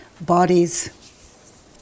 Bodies